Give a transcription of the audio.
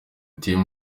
team